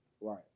Right